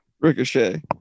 Ricochet